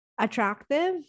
attractive